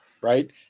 Right